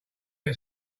get